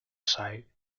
site